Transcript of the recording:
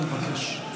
אני מבקש.